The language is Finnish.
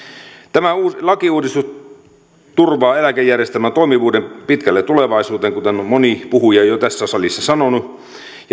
tämä lakiuudistus turvaa eläkejärjestelmän toimivuuden pitkälle tulevaisuuteen kuten on moni puhuja jo tässä salissa sanonut